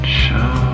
show